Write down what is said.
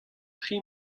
tri